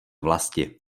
vlasti